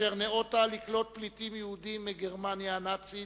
שניאותה לקלוט פליטים יהודים מגרמניה הנאצית,